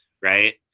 right